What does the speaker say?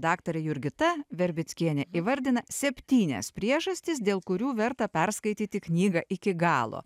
daktarė jurgita verbickienė įvardina septynias priežastis dėl kurių verta perskaityti knygą iki galo